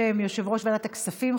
בשם יושב-ראש ועדת הכספים,